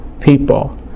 people